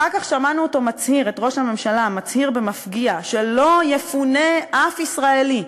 אחר כך שמענו את ראש הממשלה מצהיר במפגיע שלא יפונה אף ישראלי,